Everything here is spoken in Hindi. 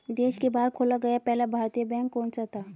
देश के बाहर खोला गया पहला भारतीय बैंक कौन सा था?